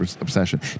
obsession